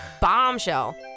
BOMBSHELL